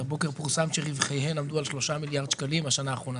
הבוקר פורסם שרווחיהן עמדו על 3 מיליארד שקלים בשנה האחרונה,